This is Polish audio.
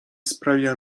sprawia